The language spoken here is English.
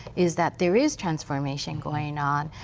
is that there is transformation going on.